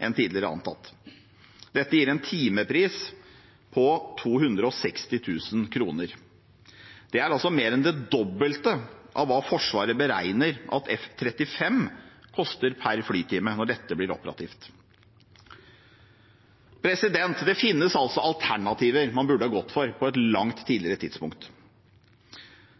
enn tidligere antatt. Dette gir en timepris på 260 000 kr. Det er mer enn det dobbelte av hva Forsvaret beregner at F-35 koster per flytime når dette blir operativt. Det finnes altså alternativer man burde ha gått inn for på et langt tidligere tidspunkt.